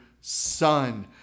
son